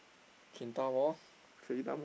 Mall